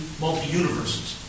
multi-universes